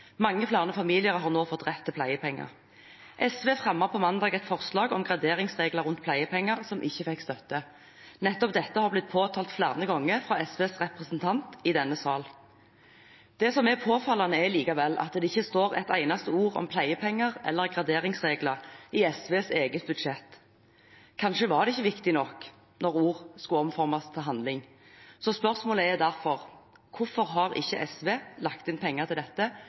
Mange flere familier har nå fått rett til pleiepenger. SV fremmet på mandag et forslag om graderingsregler rundt pleiepenger som ikke fikk støtte. Nettopp dette har blitt påtalt flere ganger fra SVs representant i denne sal. Det som er påfallende, er likevel at det ikke står ett eneste ord om pleiepenger eller graderingsregler i SVs eget budsjett. Kanskje var det ikke viktig nok når ord skulle omformes til handling? Så spørsmålet er derfor: Hvorfor har ikke SV lagt inn penger til dette